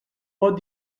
pot